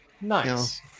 Nice